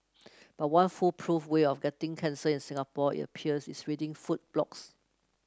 but one foolproof way of getting cancer in Singapore it appears is reading food blogs